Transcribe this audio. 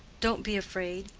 don't be afraid.